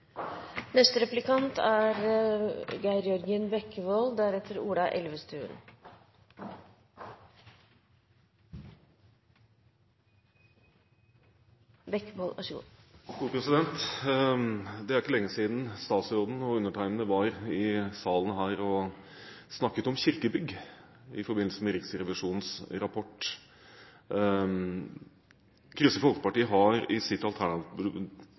Det er ikke lenge siden statsråden og jeg var her i salen og snakket om kirkebygg i forbindelse med Riksrevisjonens rapport. Kristelig Folkeparti har i sitt